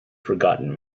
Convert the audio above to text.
forgotten